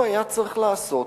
הוא היה צריך לעשות